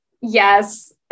Yes